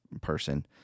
person